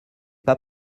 pas